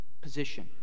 position